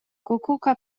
kukułka